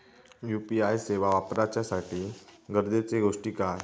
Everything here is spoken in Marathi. यू.पी.आय सेवा वापराच्यासाठी गरजेचे गोष्टी काय?